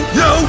no